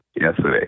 yesterday